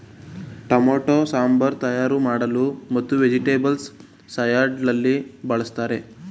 tomato sambar ತಯಾರಿ ಮಾಡಲು ಮತ್ತು ವೆಜಿಟೇಬಲ್ಸ್ ಸಲಾಡ್ ನಲ್ಲಿ ಬಳ್ಸತ್ತರೆ